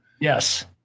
Yes